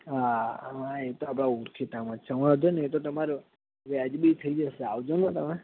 હા હા એ તો આપણા ઓળખીતામાં જ છે વાંધો નહીં એ તો તમારે વ્યાજબી થઈ જશે આવજો ને તમે